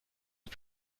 are